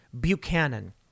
Buchanan